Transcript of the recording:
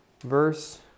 verse